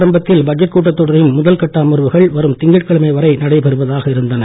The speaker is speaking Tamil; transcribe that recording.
ஆரம்பத்தில் பட்ஜெட் கூட்டத்தொடரின் முதல்கட்ட அமர்வுகள் வரும் திங்கட்கிழமை வரை நடைபெறுவதாக இருந்தன